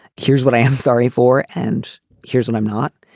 here's what i am sorry for and here's what i'm not.